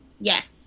Yes